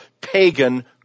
pagan